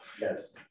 Yes